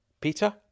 Peter